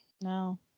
No